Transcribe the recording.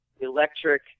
electric